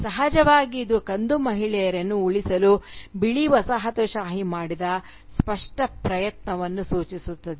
ಸಹಜವಾಗಿ ಇದು ಕಂದು ಮಹಿಳೆಯರನ್ನು ಉಳಿಸಲು ಬಿಳಿ ವಸಾಹತುಶಾಹಿ ಮಾಡಿದ ಸ್ಪಷ್ಟ ಪ್ರಯತ್ನವನ್ನು ಸೂಚಿಸುತ್ತದೆ